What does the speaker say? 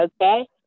okay